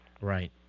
right